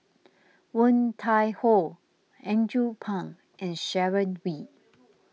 Woon Tai Ho Andrew Phang and Sharon Wee